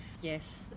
Yes